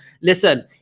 listen